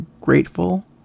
grateful